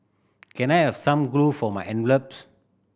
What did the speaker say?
can I have some glue for my envelopes